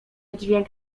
dźwięk